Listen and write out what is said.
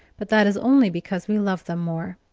but that is only because we love them more.